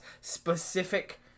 specific